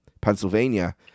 Pennsylvania